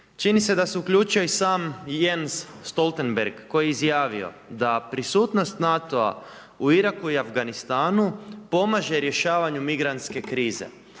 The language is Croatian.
se ne razumije/… Jens Stoltenberg koji je izjavio da prisutnost NATO-a u Iraku i Afganistanu pomaže rješavanju migrantske krize.